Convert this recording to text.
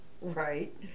Right